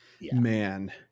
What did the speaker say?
man